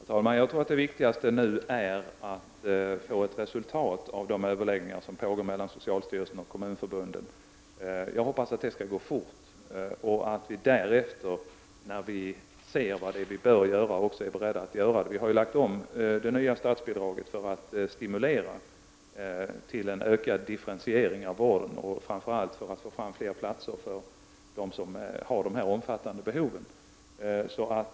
Herr talman! Jag tror att det viktigaste nu är att få ett resultat av de överläggningar som pågår mellan socialstyrelsen och kommunförbunden. Jag hoppas att det skall ske fort och att vi därefter — när vi ser vad som behöver göras — är beredda att genomföra detta. Det nya statsbidraget har lagts om för att stimulera till en ökad differentiering av vården, och framför allt för att få fram fler platser för dem som har omfattande behov.